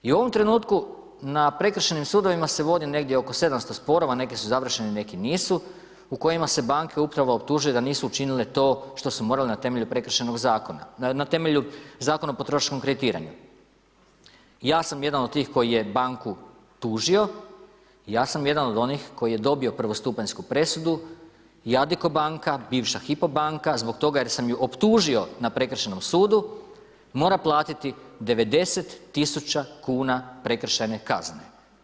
I u ovom trenutku na prekršajnim sudovima se vodi negdje oko 700 sporova, neki su završeni, neki nisu, u kojima se banke upravo optužuje da nisu učinile to što su morale na temelju Prekršajnog zakona, na temelju Zakona o potrošačkom kreditiranju. ja sam jedan od tih koji je banku tužio, ja sam jedan od onih koji je dobio prvostupanjsku presudu i Adico Banka, bivša Hippo banka, zbog toga jer sam ju optužio na prekršajnom sudu mora platiti 90 tisuća kuna prekršajne kazne.